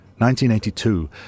1982